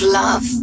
love